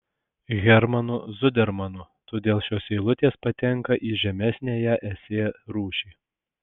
hermanu zudermanu todėl šios eilutės patenka į žemesniąją esė rūšį